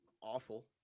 awful –